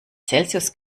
celsius